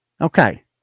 okay